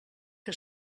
que